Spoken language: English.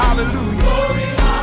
Hallelujah